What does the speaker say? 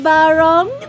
Barong